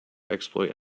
exploit